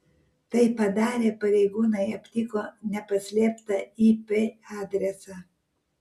tai padarę pareigūnai aptiko nepaslėptą ip adresą